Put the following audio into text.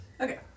Okay